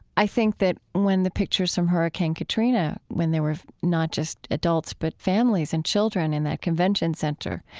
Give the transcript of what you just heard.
i think that when the pictures from hurricane katrina, when there were not just adults but families and children in that convention center,